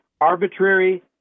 arbitrary